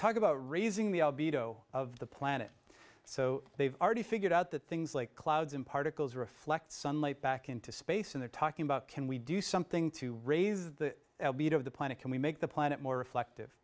talk about raising the beat oh of the planet so they've already figured out that things like clouds and particles reflect sunlight back into space and they're talking about can we do something to raise the beat of the planet can we make the planet more reflective